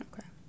Okay